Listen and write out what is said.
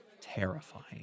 terrifying